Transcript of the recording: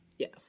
Yes